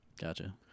Gotcha